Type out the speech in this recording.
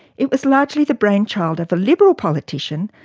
it was largely the brain child of a liberal politician,